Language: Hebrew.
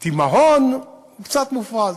התימהון הוא קצת מופרז.